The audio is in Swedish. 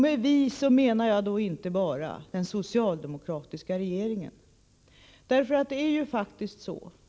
Med ”vi” menar jag då inte bara den socialdemokratiska regeringen.